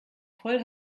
voll